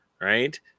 right